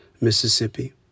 Mississippi